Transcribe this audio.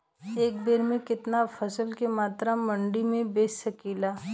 एक बेर में कितना फसल के मात्रा मंडी में बेच सकीला?